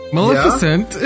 Maleficent